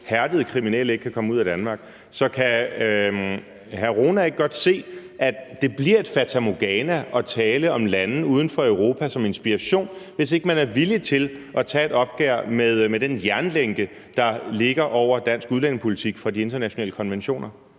hærdede kriminelle ikke kan komme ud af Danmark. Så kan hr. Mohammad Rona ikke godt se, at det bliver et fatamorgana at tale om lande uden for Europa som inspiration, hvis ikke man er villig til at tage et opgør med den jernlænke, som de internationale konventioner